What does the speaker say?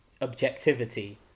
objectivity